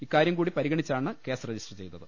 ഇക്കാര്യം കൂടി പരിഗണിച്ചാണ് കേസ് രജിസ്റ്റർ ചെയ്തത്